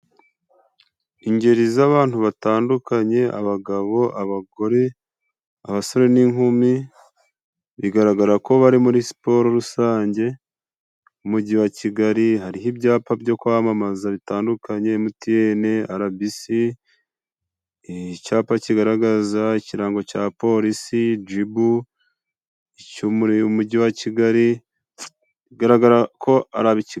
Ingeri z'abantu batandukanye: abagabo, abagore abasore n'inkumi, bigaragara ko bari muri siporo rusange mu Mujyi wa Kigali. Hariho ibyapa byo kwamamaza bitandukanye: Emutiyene, Arabisi, icyapa kigaragaza ikirango cya polisi, jibu, ico, muri Umujyi wa Kigali, bigaragara ko ara b'i.